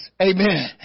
amen